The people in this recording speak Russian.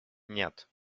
нет